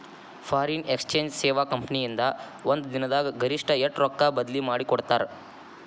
Foreign exchange ಸೇವಾ company ಇಂದಾ ಒಂದ್ ದಿನ್ ದಾಗ್ ಗರಿಷ್ಠ ಎಷ್ಟ್ ರೊಕ್ಕಾ ಬದ್ಲಿ ಮಾಡಿಕೊಡ್ತಾರ್?